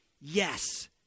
yes